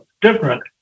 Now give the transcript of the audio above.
different